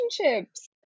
relationships